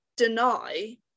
deny